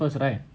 first right